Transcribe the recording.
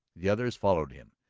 the others followed him,